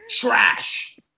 Trash